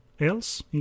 else